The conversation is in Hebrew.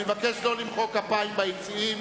אני מבקש שלא למחוא כפיים ביציעים,